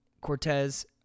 Cortez